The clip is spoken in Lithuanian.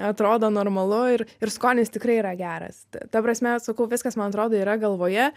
atrodo normalu ir ir skonis tikrai yra geras ta ta prasme sakau viskas man atrodo yra galvoje